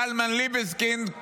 קלמן ליבסקינד?